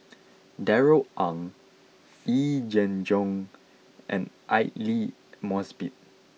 Darrell Ang Yee Jenn Jong and Aidli Mosbit